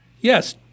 Yes